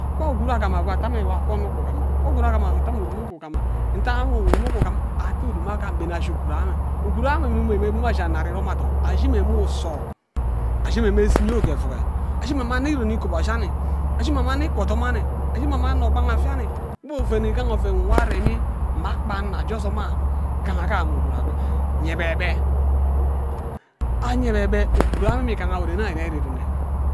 Wan ughuru agom akwo ata mme nwaka onno uku ugima wan ughuru agima akwo ata amme urume uku ugima nta mme urume urume uku ugim ate urum aghan mben adort wo ashi ughuru ang ash ughuru mme me mme buru ashi annad irom athon ashi mme uso ashi mme mme senior ke efuge ashi mme mme anno ren ikobashi anin ashi mme mme anno iko odom anim ashi mme mme anno ogbor afia anin mme iguen igaha oven nwo aremi mma akpa anno aje ozom arh igaha agam mma ughuru agwo yebebe aye bebe amme igaha nne orene ayo ire erene